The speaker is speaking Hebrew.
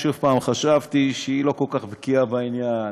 שוב, חשבתי שהיא לא כל כך בקיאה בעניין,